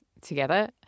together